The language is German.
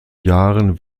jahren